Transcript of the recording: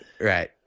Right